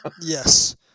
Yes